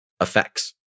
effects